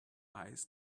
eyes